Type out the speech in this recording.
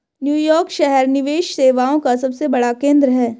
New York शहर निवेश सेवाओं का सबसे बड़ा केंद्र है